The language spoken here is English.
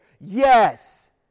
Yes